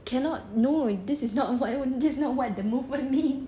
cannot no this is not what the movement means